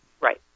Right